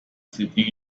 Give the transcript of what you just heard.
sitting